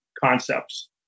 concepts